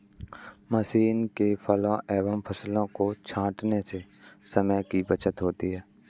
machine से फलों एवं फसलों को छाँटने से समय की बचत होती है